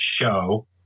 show